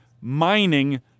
mining